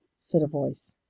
said a voice.